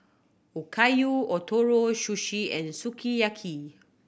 Okayu Ootoro Sushi and Sukiyaki